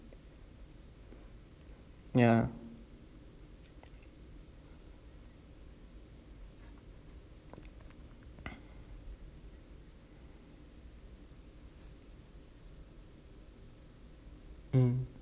ya mm